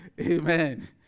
Amen